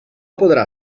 podrà